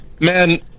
man